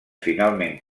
finalment